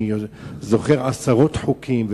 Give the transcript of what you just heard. אני זוכר עשרות חוקים,